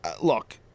look